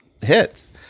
hits